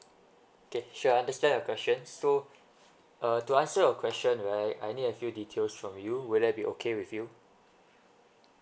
okay sure I understand your questions so uh to answer a question right I need a few details from you will that be okay with you